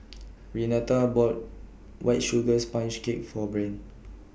Renata bought White Sugar Sponge Cake For Breann